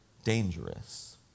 dangerous